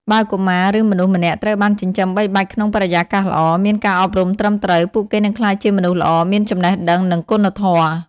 បើកុមារ ឬមនុស្សម្នាក់ត្រូវបានចិញ្ចឹមបីបាច់ក្នុងបរិយាកាសល្អ មានការអប់រំត្រឹមត្រូវ ពួកគេនឹងក្លាយជាមនុស្សល្អ មានចំណេះដឹង និងគុណធម៌។